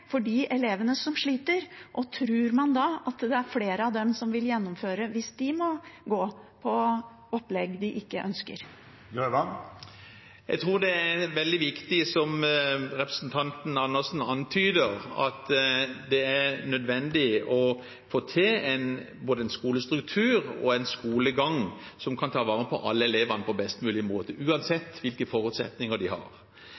for de elevene som sliter, og tror man at flere av dem vil gjennomføre hvis de må gå inn på opplegg de ikke ønsker? Jeg tror det er veldig viktig, som representanten Andersen antyder, og nødvendig å få til både en skolestruktur og en skolegang som kan ta vare på alle elevene på best mulig måte, uansett hvilke forutsetninger de har.